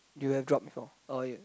you have drop before oh ya